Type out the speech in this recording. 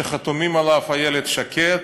שחתומים עלו איילת שקד,